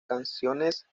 canciones